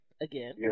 again